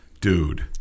Dude